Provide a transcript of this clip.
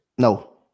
No